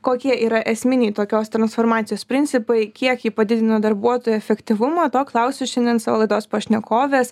kokie yra esminiai tokios transformacijos principai kiek ji padidina darbuotojų efektyvumą to klausiu šiandien savo laidos pašnekovės